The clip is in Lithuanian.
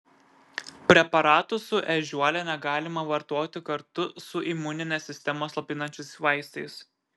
preparatų su ežiuole negalima vartoti kartu su imuninę sistemą slopinančiais vaistais